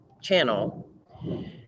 channel